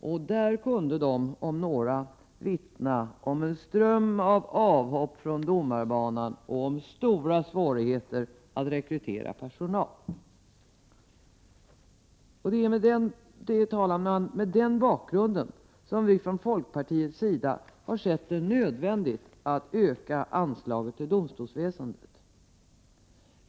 De om några kunde där vittna om en ström av avhopp från domarbanan och om stora svårigheter att rekrytera personal. 133 Herr talman! Mot den bakgrunden har vi från folkpartiets sida sett det nödvändigt att öka anslaget till domstolsväsendet.